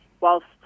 whilst